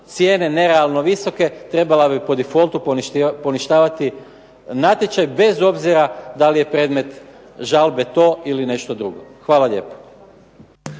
cijene nerealno visoke trebala bi po defaultu poništavati natječaj, bez obzira da li je predmet žalbe to ili nešto drugo. Hvala lijepo